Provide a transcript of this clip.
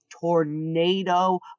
tornado